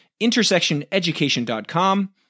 intersectioneducation.com